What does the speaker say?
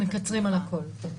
מקצרים על הכול, כן.